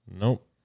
Nope